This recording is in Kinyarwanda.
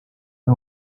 ari